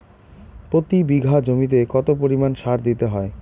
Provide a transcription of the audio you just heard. প্রতি বিঘা জমিতে কত পরিমাণ সার দিতে হয়?